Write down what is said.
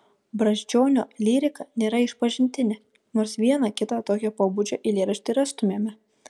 brazdžionio lyrika nėra išpažintinė nors vieną kitą tokio pobūdžio eilėraštį rastumėme